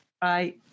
Bye